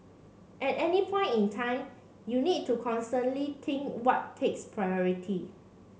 at any point in time you need to constantly think what takes priority